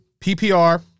PPR